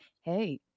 hey